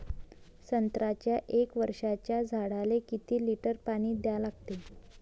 संत्र्याच्या एक वर्षाच्या झाडाले किती लिटर पाणी द्या लागते?